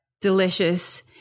Delicious